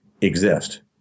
exist